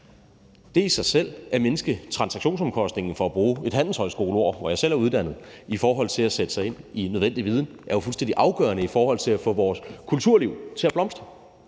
I sig selv er det at mindske transaktionsomkostningen – for at bruge et ord fra handelshøjskolen, hvor jeg selv er uddannet – i forhold til at sætte sig ind i nødvendig viden fuldstændig afgørende for at få vores kulturliv til at blomstre